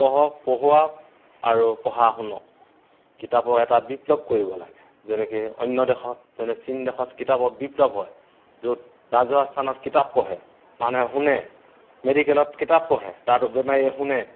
পঢ়ক পঢ়োৱা আৰু পঢ়া শুনো কিতাপৰ এটা বিপ্লৱ কৰিব লাগে যেনেকৈ অন্য দেশত যেনে চীন দেশত কিতাপৰ বিপ্লব হয় য'ত ৰাজহুৱা স্থানত কিতাপ পঢ়ে মানুহে শুনে মেডিকেলত কিতাপ পঢ়ে তাৰ বেমাৰীয়ে শুনে